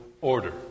Order